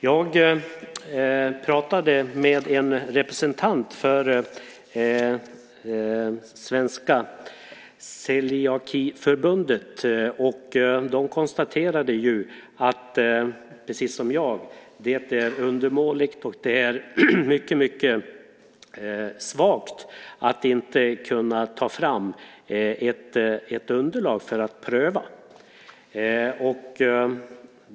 Jag pratade med en representant för Svenska Celiakiförbundet som konstaterade precis som jag att det är undermåligt och mycket svagt att inte kunna ta fram ett underlag för att pröva.